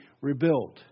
rebuilt